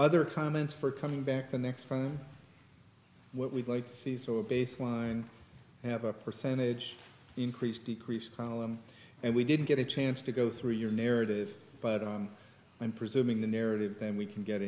other comments for coming back the next from what we'd like to see so a baseline you have a percentage increase decrease column and we didn't get a chance to go through your narrative but on and presuming the narrative then we can get